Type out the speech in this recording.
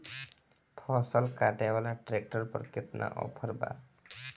फसल काटे वाला ट्रैक्टर पर केतना ऑफर बा?